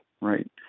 right